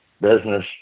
business